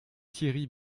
thierry